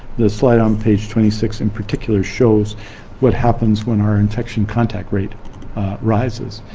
the slide on page twenty six in particular shows what happens when our infection contact rate rises.